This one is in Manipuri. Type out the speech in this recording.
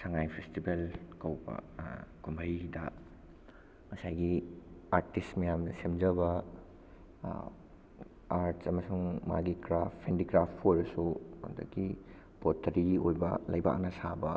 ꯁꯉꯥꯏ ꯐꯦꯁꯇꯤꯚꯦꯜ ꯀꯧꯕ ꯀꯨꯝꯍꯩꯗ ꯉꯁꯥꯏꯒꯤ ꯑꯥꯔꯇꯤꯁ ꯃꯌꯥꯝꯅ ꯁꯦꯝꯖꯕ ꯑꯥꯔꯠꯁ ꯑꯃꯁꯨꯡ ꯃꯥꯒꯤ ꯀ꯭ꯔꯥꯐ ꯍꯦꯟꯗꯤꯀ꯭ꯔꯥꯐꯄꯨ ꯑꯣꯏꯔꯁꯨ ꯑꯗꯒꯤ ꯄꯣꯠꯇꯔꯤ ꯑꯣꯏꯕ ꯂꯩꯕꯥꯛꯅ ꯁꯥꯕ